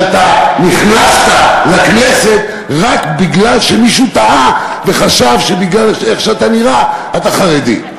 כשאתה נכנסת לכנסת רק בגלל שמישהו טעה וחשב שאתה נראה חרדי.